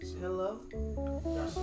Hello